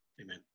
Amen